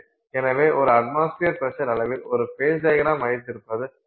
எனவே ஒரு atmosphere pressure அளவில் ஒரு ஃபேஸ் டையக்ரம் வைத்திருப்பது நமக்கு பயனுள்ளதாக இருக்கும்